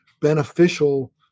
beneficial